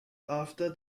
after